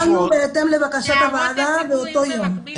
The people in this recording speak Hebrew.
והעברנו, בהתאם לבקשת הוועדה באותו יום.